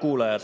kuulajad!